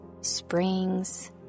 springs